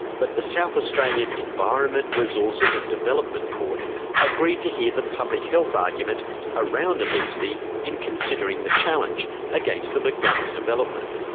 but the south australian environment, resources and development court agreed to hear the public health argument around obesity in considering the challenge against the mcdonald's development.